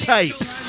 Tapes